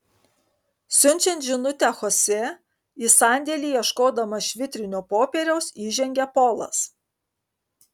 siunčiant žinutę chosė į sandėlį ieškodamas švitrinio popieriaus įžengia polas